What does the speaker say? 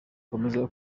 komeza